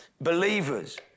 believers